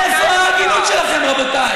איפה ההגינות שלכם, רבותיי?